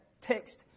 text